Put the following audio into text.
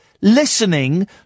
listening